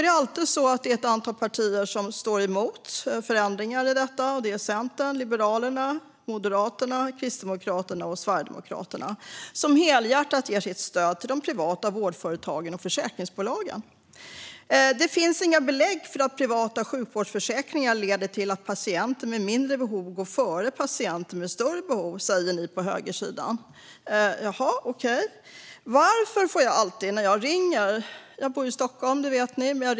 Det är ett antal partier som alltid står emot förändringar av detta och helhjärtat ger sitt stöd till de privata vårdföretagen och försäkringsbolagen, nämligen Centern, Liberalerna, Moderaterna, Kristdemokraterna och Sverigedemokraterna. Det finns inga belägg för att privata sjukvårdsförsäkringar leder till att patienter med mindre behov går före patienter med större behov, säger ni på högersidan. Jaha, okej? Ni vet att jag bor i Stockholm.